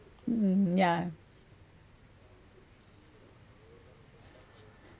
mm ya